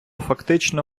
фактично